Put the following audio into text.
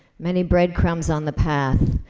many bread crumbs on the path,